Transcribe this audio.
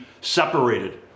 separated